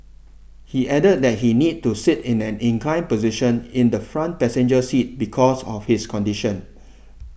he added that he needs to sit in an inclined position in the front passenger seat because of his condition